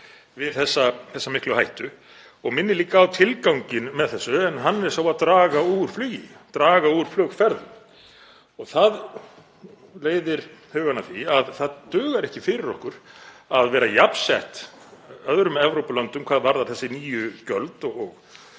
við þessa miklu hættu. Ég minni líka á tilganginn með þessu en hann er sá að draga úr flugi, draga úr flugferðum. Það leiðir hugann að því að það dugar ekki fyrir okkur að vera jafnsett öðrum Evrópulöndum hvað þessi nýju gjöld og